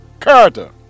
character